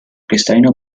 cristalino